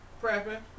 Prepping